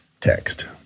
text